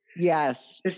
Yes